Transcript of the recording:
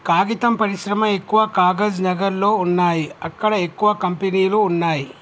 కాగితం పరిశ్రమ ఎక్కవ కాగజ్ నగర్ లో వున్నాయి అక్కడ ఎక్కువ కంపెనీలు వున్నాయ్